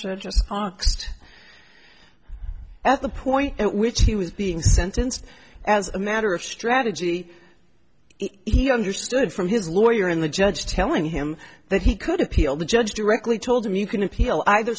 angst at the point at which he was being sentenced as a matter of strategy he understood from his lawyer in the judge telling him that he could appeal the judge directly told him you can appeal either